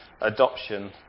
adoption